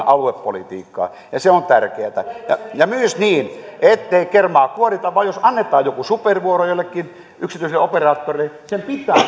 aluepolitiikkaa ja se on tärkeätä ja myös niin ettei kermaa kuorita vaan jos annetaan joku supervuoro jollekin yksityiselle operaattorille sen pitää